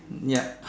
yup